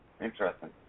Interesting